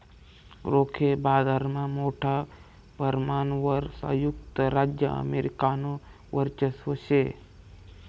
रोखे बाजारमा मोठा परमाणवर संयुक्त राज्य अमेरिकानं वर्चस्व शे